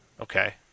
Okay